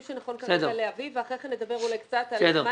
שנכון כרגע להביא ואחר כך נדבר אולי קצת על מה